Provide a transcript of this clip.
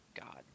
god